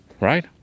right